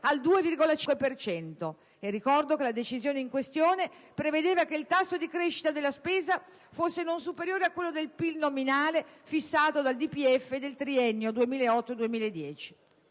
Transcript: al 2,5 per cento. Ricordo che la decisione in questione prevedeva che il tasso di crescita della spesa fosse non superiore a quello del PIL nominale fissato dal DPEF del triennio 2008-2010.